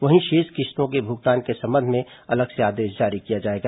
वहीं शेष किश्तों के भुगतान के संबंध में अलग से आदेश जारी किया जाएगा